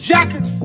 Jackets